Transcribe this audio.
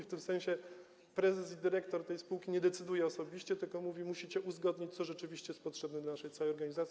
W tym sensie prezes, dyrektor tej spółki nie decyduje osobiście, tylko mówi: Musicie uzgodnić, co rzeczywiście jest potrzebne całej naszej organizacji.